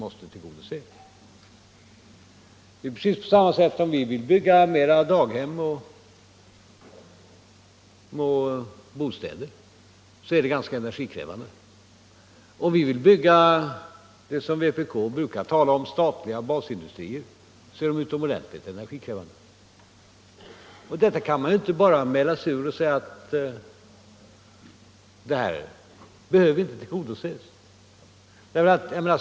Det är precis på samma sätt här. Att bygga fler daghem och bostäder är ganska energikrävande. Att bygga det som vpk brukar tala om, statliga basindustrier, är också utomordentligt energikrävande. Detta kan man inte bara mäla sig ur och säga att de önskemålen inte behöver tillgodoses.